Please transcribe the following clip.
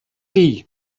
tea